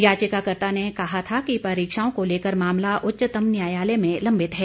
याचिकाकर्ता ने कहा था कि परीक्षाओं को लेकर मामला उच्चतम न्यायालय में लंबित है